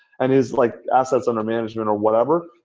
and his like assets under management or whatever,